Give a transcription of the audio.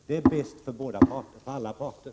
Det är bäst för alla parter.